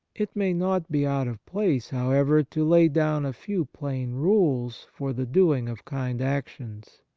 it may not be out of place, however, to lay down a few plain rules for the doing of kind actions.